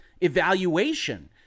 evaluation